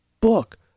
book